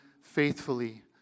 faithfully